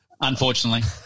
unfortunately